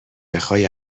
بخای